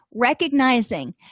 recognizing